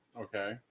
Okay